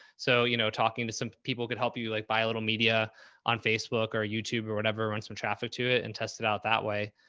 so, you know, talking to some people could help you you like buy a little media on facebook or youtube or whatever when some traffic to it and test it out that way.